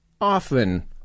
often